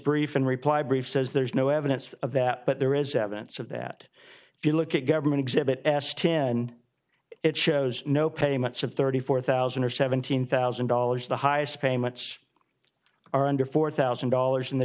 brief in reply brief says there's no evidence of that but there is evidence of that if you look at government exhibit s ten it shows no payments of thirty four thousand or seventeen thousand dollars the highest payments are under four thousand dollars and the